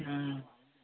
ம்